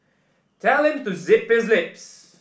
tell him to zip his lips